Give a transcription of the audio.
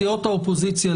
סיעות האופוזיציה,